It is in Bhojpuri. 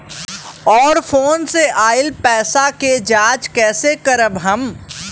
और फोन से आईल पैसा के जांच कैसे करब हम?